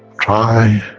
try